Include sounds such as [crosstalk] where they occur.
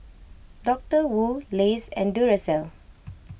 Doctor Wu Lays and Duracell [noise]